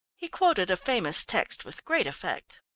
he quoted a famous text with great effect.